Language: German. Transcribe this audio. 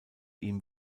ihm